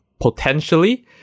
potentially